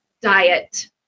diet